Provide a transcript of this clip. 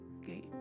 Okay